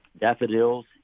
daffodils